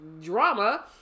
drama